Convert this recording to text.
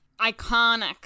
Iconic